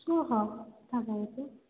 श्वः स्थापयतु